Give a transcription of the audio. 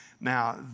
Now